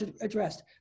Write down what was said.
addressed